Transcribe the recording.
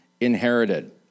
inherited